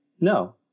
no